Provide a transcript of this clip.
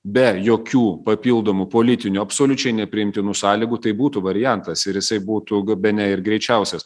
be jokių papildomų politinių absoliučiai nepriimtinų sąlygų tai būtų variantas ir jisai būtų ga bene ir greičiausias